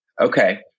Okay